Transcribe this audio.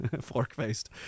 fork-faced